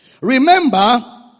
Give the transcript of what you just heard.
Remember